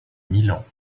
milan